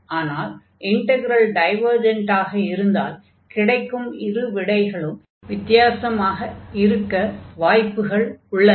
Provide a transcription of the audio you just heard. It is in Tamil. ஆனால் இன்டக்ரல் டைவர்ஜன்ட் ஆக இருந்தால் கிடைக்கும் இரு விடைகளும் வித்தியாசமாக இருக்க வாய்ப்புகள் உள்ளன